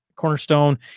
cornerstone